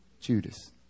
Judas